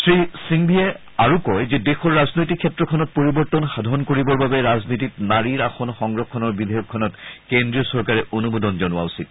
শ্ৰীসিংভিয়ে আৰু কয় যে দেশৰ ৰাজনৈতিক ক্ষেত্ৰখনত পৰিৱৰ্তন সাধন কৰিবৰ বাবে ৰাজনীতিত নাৰীৰ আসন সংৰক্ষণৰ বিধেয়কখনত কেন্দ্ৰীয় চৰকাৰে অনুমোদন জনোৱা উচিত